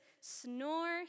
snore